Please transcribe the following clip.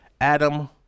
Adam